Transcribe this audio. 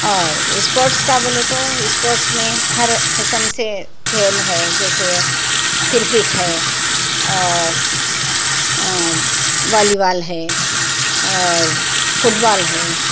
اور اسپورٹس کا بولے تو اسپورٹس میں ہر قسم سے کھیل ہے جیسے کرکٹ ہے اور والی بال ہے اور فٹ بال ہے